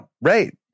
Right